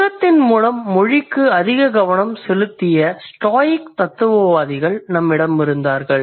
தர்க்கத்தின் மூலம் மொழிக்கு அதிக கவனம் செலுத்திய ஸ்டோயிக் தத்துவவாதிகள் நம்மிடம் இருந்தார்கள்